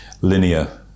linear